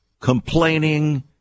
complaining